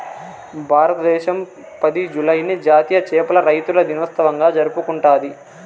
భారతదేశం పది, జూలైని జాతీయ చేపల రైతుల దినోత్సవంగా జరుపుకుంటాది